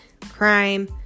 crime